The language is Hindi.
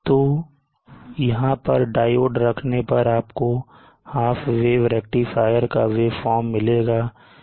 तो यहां पर डायोड रखने पर आपको हाफ वेव रेक्टिफायर का वेब फॉर्म मिलेगा